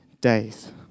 days